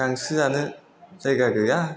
गांसो जानो जायगा गैया